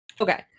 Okay